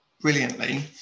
brilliantly